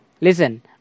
listen